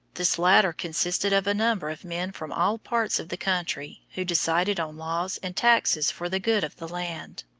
this latter consisted of a number of men from all parts of the country who decided on laws and taxes for the good of the land.